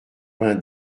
vingt